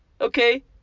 Okay